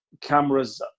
cameras